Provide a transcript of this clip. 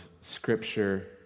scripture